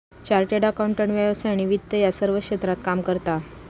chartered accountant व्यवसाय आणि वित्त या सर्व क्षेत्रात काम करता